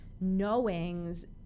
knowings